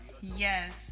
Yes